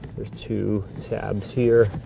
there's two tabs here.